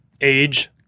Age